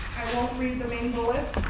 won't read the main bullets,